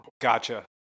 Gotcha